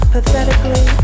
Pathetically